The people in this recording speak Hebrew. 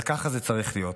אבל כך זה צריך להיות.